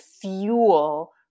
fuel